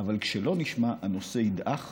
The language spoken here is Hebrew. אבל כשלא נשמע, הנושא ידעך